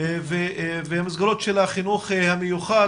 ומסגרות החינוך המיוחד,